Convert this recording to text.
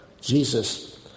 Jesus